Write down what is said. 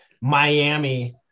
Miami